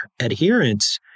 adherence